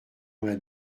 vingt